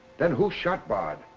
then who shot bard?